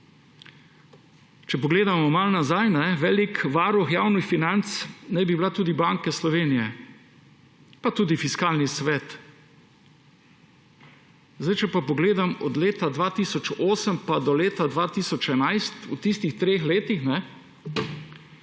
Če pogledamo malo nazaj, velik varuh javnih financ naj bi bila tudi Banka Slovenije, pa tudi Fiskalni svet. Če pa pogledam od leta 2008 do leta 2011, v tistih treh letih,